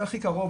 זה הכי קרוב,